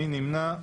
מי נמנע?